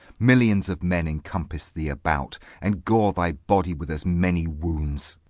millions of men encompass thee about, and gore thy body with as many wounds!